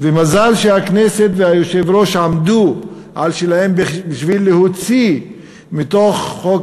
מזל שהכנסת והיושב-ראש עמדו על שלהם בשביל להוציא מתוך חוק